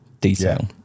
detail